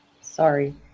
Sorry